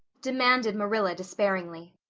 demanded marilla despairingly.